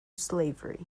slavery